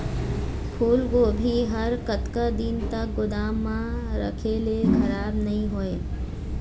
फूलगोभी हर कतका दिन तक गोदाम म रखे ले खराब नई होय?